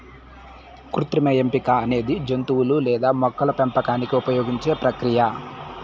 కృత్రిమ ఎంపిక అనేది జంతువులు లేదా మొక్కల పెంపకానికి ఉపయోగించే ప్రక్రియ